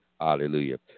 Hallelujah